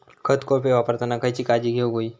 खत कोळपे वापरताना खयची काळजी घेऊक व्हयी?